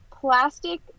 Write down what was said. plastic